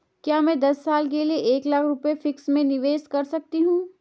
क्या मैं दस साल के लिए एक लाख रुपये फिक्स में निवेश कर सकती हूँ?